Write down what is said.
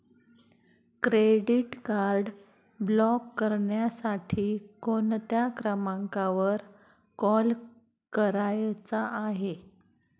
Credit card block करण्यासाठी कोणत्या क्रमांकावर कॉल करायचा आहे?